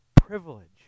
privilege